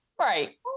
right